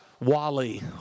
Wally